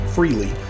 Freely